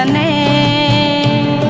ah a